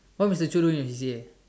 what Mr Choo doing as C_C_A